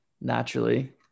Naturally